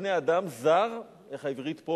חבר בני-אדם זר, איך העברית פה?